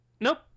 nope